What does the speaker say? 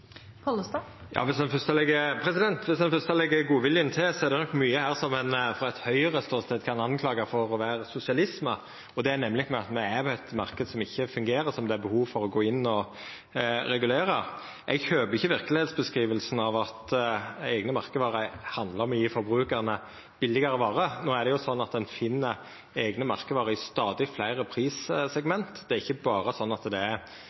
godviljen til, er det nok mykje her som ein frå ein høgreståstad kan skulda for å vera sosialisme, og det er nemleg at me har ein marknad som ikkje fungerer, som det er behov for å gå inn og regulera. Eg kjøper ikkje verkelegheitsbeskrivinga av at eigne merkevarer handlar om å gje forbrukarane billegare varer. No er det sånn at ein finn eigne merkevarer i stadig fleire prissegment – det er ikkje berre sånn at det er